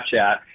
Snapchat